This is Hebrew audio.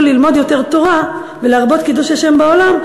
ללמוד יותר תורה ולהרבות קידוש השם בעולם,